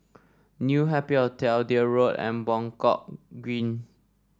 New Happy Hotel Deal Road and Buangkok Green